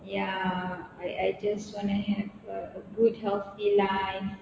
ya I I just want to have a good healthy life